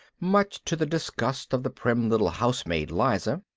much to the disgust of the prim little housemaid liza.